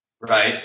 Right